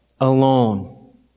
alone